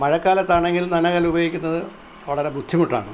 മഴക്കാലത്താണെങ്കിൽ നനകല്ലുപയോഗിക്കുന്നതു വളരെ ബുദ്ധിമുട്ടാണ്